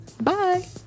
Bye